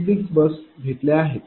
तेथे 6 बस आहेत